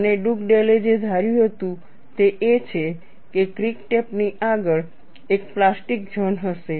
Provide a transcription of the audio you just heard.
અને ડુગડેલે જે ધાર્યું હતું તે એ છે કે ક્રેક ટિપ ની આગળ એક પ્લાસ્ટિક ઝોન હશે